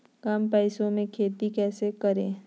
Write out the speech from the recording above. कम पैसों में खेती कैसे करें?